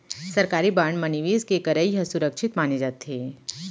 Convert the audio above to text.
सरकारी बांड म निवेस के करई ह सुरक्छित माने जाथे